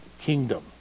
kingdom